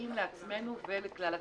חוטאים לעצמנו ולכלל הציבור.